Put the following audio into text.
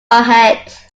head